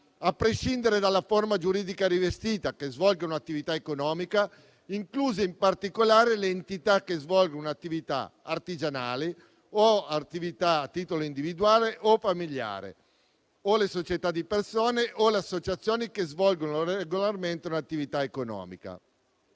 a prescindere dalla forma giuridica rivestita, incluse in particolare le entità che svolgono attività artigianali, attività a titolo individuale o familiare, le società di persone e le associazioni che svolgono regolarmente un'attività economica.